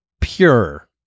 pure